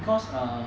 cause err